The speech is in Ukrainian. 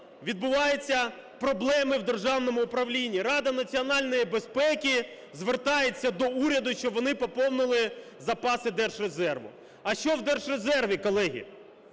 відбуваються проблеми у державному управлінні. Рада національної безпеки звертається до уряду, щоб вони поповнили запаси Держрезерву. А що в держрезерві, колеги?